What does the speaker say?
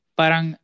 parang